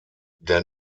der